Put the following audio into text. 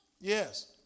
Yes